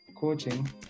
coaching